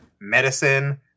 medicine